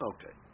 Okay